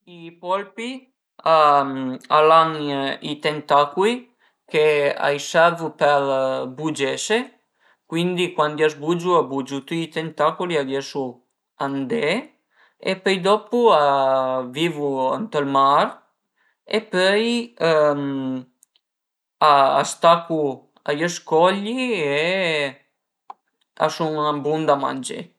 I polpi al a i tentacui che ai servu për bugiese, cuindi cuandi a s'bugiu a bugiu tüi i tentaculi e a riesu a andé e pöi dopu a vivu ënt ël mar e pöi a së tacu a i scogli e a sun bun da mangé